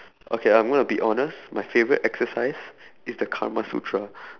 okay I'm gonna be honest my favourite exercise is the karmasutra